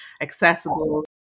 accessible